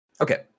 Okay